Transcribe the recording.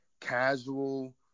casual